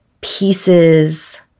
pieces